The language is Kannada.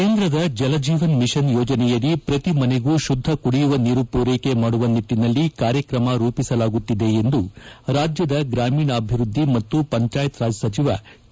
ಕೇಂದ್ರದ ಜಲಜೀವನ್ ಮಿಷನ್ ಯೋಜನೆಯಡಿ ಪ್ರತಿ ಮನೆಗೂ ಶುದ್ದ ಕುಡಿಯುವ ನೀರು ಪೂರೈಕೆ ಮಾಡುವ ನಿಟ್ಟನಲ್ಲಿ ಕಾರ್ಯಕ್ರಮ ರೂಪಿಸಲಾಗುತ್ತಿದೆ ಎಂದು ರಾಜ್ಯದ ಗ್ರಾಮೀಣಾಭಿವೃದ್ಧಿ ಮತ್ತು ಪಂಚಾಯತ್ರಾಜ್ ಸಚಿವ ಕೆ